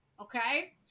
okay